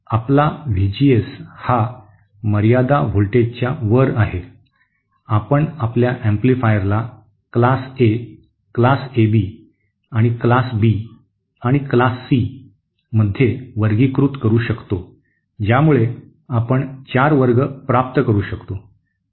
आपला व्हीजीएस हा मर्यादा व्होल्टेजच्या वर आहे आपण आपल्या एम्पलीफायरला क्लास ए क्लास एबी आणि क्लास बी आणि क्लास सी मध्ये वर्गीकृत करू शकतो ज्यामुळे आपण चार वर्ग प्राप्त करू शकतो